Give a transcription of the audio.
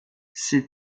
ses